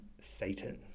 Satan